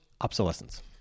obsolescence